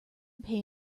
pay